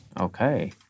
Okay